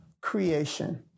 creation